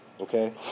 okay